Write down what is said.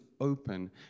open